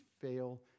fail